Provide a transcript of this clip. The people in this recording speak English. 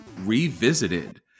Revisited